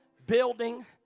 Building